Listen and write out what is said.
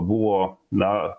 buvo na